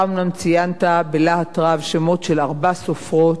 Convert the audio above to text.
אתה אומנם ציינת בלהט רב שמות של ארבע סופרות,